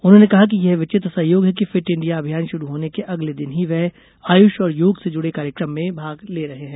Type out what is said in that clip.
उन्होंने कहा कि यह विचित्र संयोग है कि फिट इंडिया अभियान शुरू होने के अगले दिन ही वे आयुष और योग से जुड़े कार्यक्रम में भाग ले रहे हैं